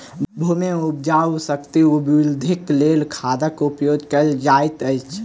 भूमि के उपजाऊ शक्ति वृद्धिक लेल खादक उपयोग कयल जाइत अछि